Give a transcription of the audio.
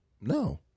No